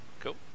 Cool